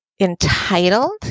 Entitled